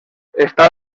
està